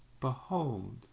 Behold